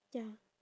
ya